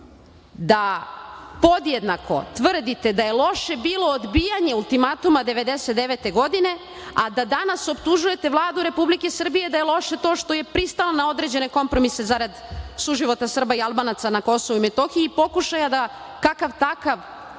da podjednako tvrdite da je loše bilo odbijanje ultimatuma 1999. godine, a danas optužujete Vladu Republike Srbije da je loše to što je pristala na određene kompromise zarad suživota Srba i Albanaca na Kosovu i Metohiji i pokušala da kakav takav